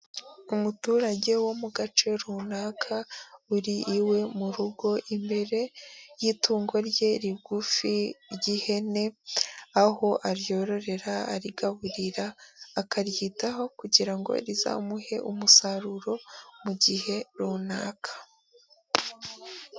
Umuturage wo mu gace runaka uri iwe mu rugo imbere y'itungo rye rigufi ry'ihene, aho aryororera arigaburira akaryitaho kugira ngo rizamuhe umusaruro mu gihe runaka.